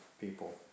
people